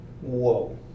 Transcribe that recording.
Whoa